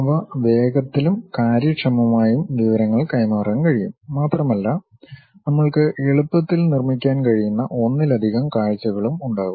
അവ വേഗത്തിലും കാര്യക്ഷമമായും വിവരങ്ങൾ കൈമാറാൻ കഴിയും മാത്രമല്ല നമ്മൾക്ക് എളുപ്പത്തിൽ നിർമ്മിക്കാൻ കഴിയുന്ന ഒന്നിലധികം കാഴ്ചകളും ഉണ്ടാകും